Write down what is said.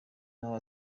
nawe